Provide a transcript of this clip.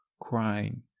crying